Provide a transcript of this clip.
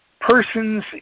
person's